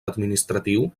administratiu